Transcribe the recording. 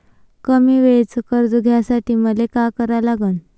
कमी वेळेचं कर्ज घ्यासाठी मले का करा लागन?